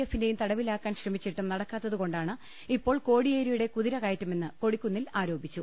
എഫിന്റെയും തടവിലാ ക്കാൻ ശ്രമിച്ചിട്ടും നടക്കാത്തതു കൊണ്ടാണ് ഇപ്പോൾ കോടിയേരിയുടെ കുതിര കയറ്റമെന്ന് കൊടിക്കുന്നിൽ ആരോപിച്ചു